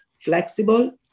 flexible